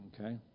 Okay